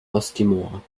osttimor